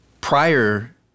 prior